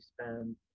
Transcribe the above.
spend